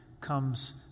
comes